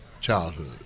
childhood